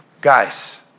Guys